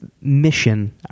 mission